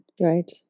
Right